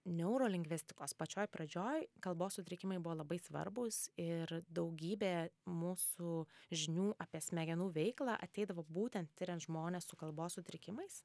neurolingvistikos pačioj pradžioj kalbos sutrikimai buvo labai svarbūs ir daugybė mūsų žinių apie smegenų veiklą ateidavo būtent tiriant žmones su kalbos sutrikimais